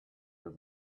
were